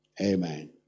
Amen